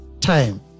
time